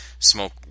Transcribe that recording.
Smoke